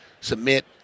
submit